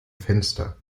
fenster